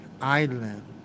island